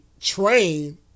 train